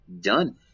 Done